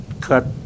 cut